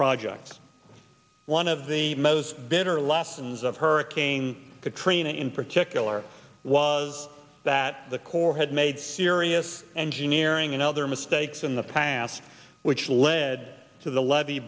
projects one of the most bitter lessons of hurricane katrina in particular was that the corps had made serious engineering and other mistakes in the past which led to the lev